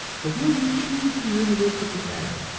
or will you choose the universe of the atom,